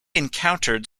encountered